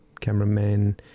cameraman